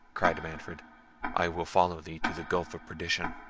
cried manfred i will follow thee to the gulf of perdition.